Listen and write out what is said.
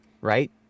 Right